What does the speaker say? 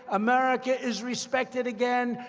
america is respected again.